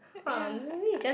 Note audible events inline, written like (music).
ya (noise)